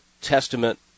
testament